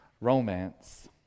romance